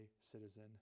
citizen